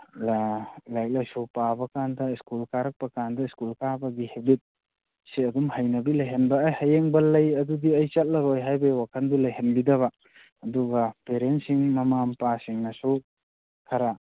ꯂꯥꯏꯔꯤꯛ ꯂꯥꯏꯁꯨ ꯄꯥꯕ ꯀꯥꯟꯗ ꯁ꯭ꯀꯨꯜ ꯀꯥꯔꯛꯄ ꯀꯥꯟꯗ ꯁ꯭ꯀꯨꯜ ꯀꯥꯕꯒꯤ ꯍꯦꯕꯤꯠꯁꯦ ꯑꯗꯨꯝ ꯍꯩꯅꯕꯤ ꯂꯩꯍꯟꯕ ꯑꯦ ꯍꯌꯦꯡ ꯕꯜ ꯂꯩ ꯑꯗꯨꯗꯤ ꯑꯩ ꯆꯠꯂꯔꯣꯏ ꯍꯥꯏꯕꯩ ꯋꯥꯈꯜꯗꯨ ꯂꯩꯍꯟꯕꯤꯗꯕ ꯑꯗꯨꯒ ꯄꯦꯔꯦꯟꯁꯤꯡ ꯃꯃꯥ ꯃꯄꯥꯁꯤꯡꯅꯁꯨ ꯈꯔ